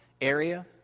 area